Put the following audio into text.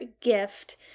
gift